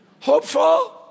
Hopeful